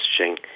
messaging